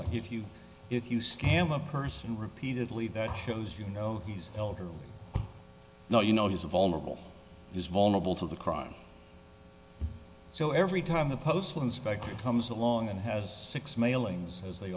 repeat if you if you scam a person repeatedly that shows you know he's not you know he's a vulnerable he's vulnerable to the crime so every time the postal inspector comes along and has six mailings as they